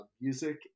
music